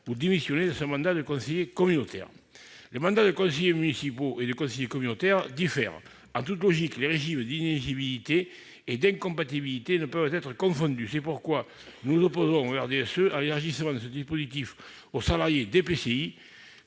ou démissionner de son mandat de conseiller communautaire. Les mandats de conseiller municipal et de conseiller communautaire diffèrent. En toute logique, les régimes d'inéligibilités et d'incompatibilités ne peuvent être confondus. C'est pourquoi le RDSE s'oppose à l'élargissement de ce dispositif aux salariés d'EPCI